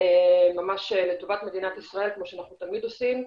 ממש לטובת מדינת ישראל כמו שאנחנו תמיד עושים,